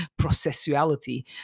processuality